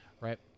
Right